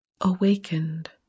awakened